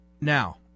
Now